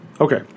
Okay